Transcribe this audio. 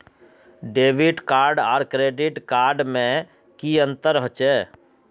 Debit card आर credit card में की अंतर होचे?